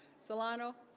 solano